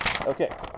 Okay